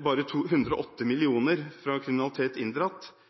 bare 108 mill. kr fra kriminalitet inndratt.